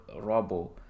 Robo